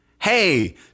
hey